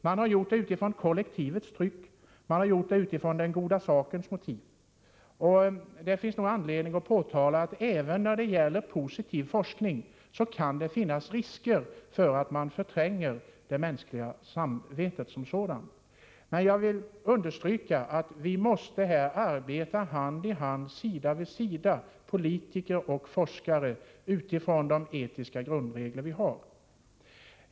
Man har gjort det utifrån kollektivets tryck och utifrån den goda sakens motiv. Det finns nog anledning att påpeka att även när det gäller positiv forskning kan det finnas risker för att man förtränger det mänskliga samvetet som sådant. Jag vill understryka att vi här måste arbeta hand i hand, sida vid sida, politiker och forskare, utifrån de etiska grundregler vi har.